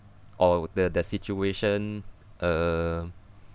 or the the situation uh